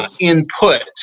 input